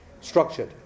structured